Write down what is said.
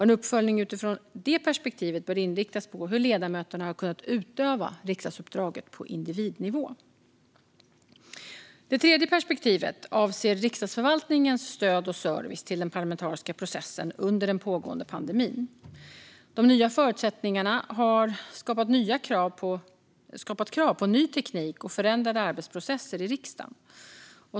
En uppföljning utifrån detta perspektiv bör inriktas på hur ledamöterna har kunnat utöva riksdagsuppdraget på individnivå. Det tredje perspektivet avser Riksdagsförvaltningens stöd och service till den parlamentariska processen under den pågående pandemin. De nya förutsättningarna har skapat krav på ny teknik och förändrade arbetsprocesser i riksdagen.